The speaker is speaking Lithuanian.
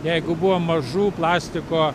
jeigu buvo mažų plastiko